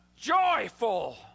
joyful